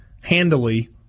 handily